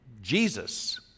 Jesus